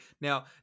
Now